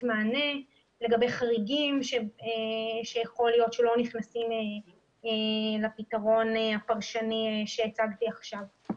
מענה לגבי חריגים שיכול להיות שלא נכנסים לפתרון הפרשני שהצגתי עכשיו.